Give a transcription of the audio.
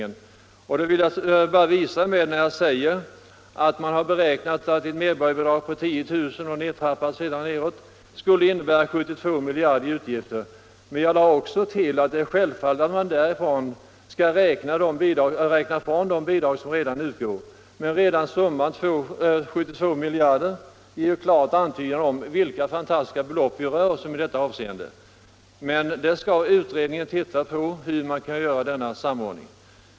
Det var detta jag ville visa när jag sade att ett medborgarbidrag på 10 000 kronor, som successivt nedtrappas, skulle innebära en utgift på 72 miljarder kronor. Jag tillade att man från denna summa givetvis måste dra de bidrag som nu utgår, men beloppet 72 miljarder kronor ger ändå en klar antydan om vilka fantastiska belopp vi i detta sammanhang rör oss med. Men utredningen skall undersöka hur en sådan här samordning kan ske.